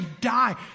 die